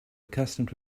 accustomed